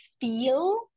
feel